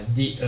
di